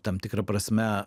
tam tikra prasme